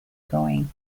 going